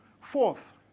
Fourth